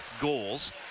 goals